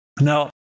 Now